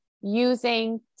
using